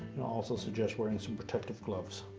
also suggest wearing some protective gloves.